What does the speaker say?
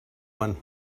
one